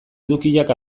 edukiak